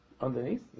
underneath